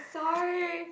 sorry